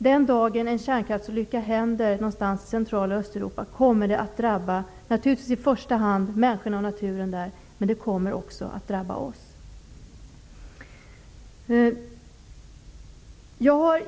Den dagen en kärnkraftsolycka sker någonstans i centrala Östeuropa kommer det naturligtvis att drabba människorna och naturen där i första hand, men det kommer också att drabba oss.